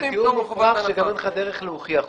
זה טיעון שגם אין לך דרך להוכיח אותו.